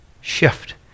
shift